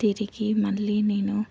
తిరిగి మళ్ళీ నేను